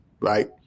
right